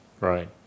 Right